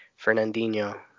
Fernandinho